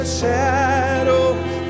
shadows